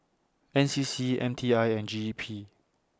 N C C M T I and G E P